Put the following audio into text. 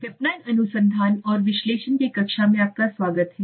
विपणन अनुसंधान और विश्लेषण के कक्षा में आपका स्वागत है